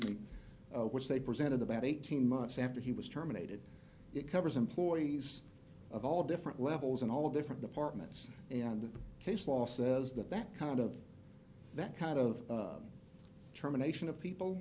with which they presented about eighteen months after he was terminated it covers employees of all different levels in all different departments and case law says that that kind of that kind of determination of people